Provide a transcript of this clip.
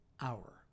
hour